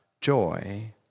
Joy